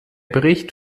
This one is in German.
bericht